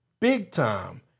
big-time